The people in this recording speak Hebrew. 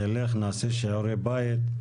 נלך, נעשה שיעורי בית.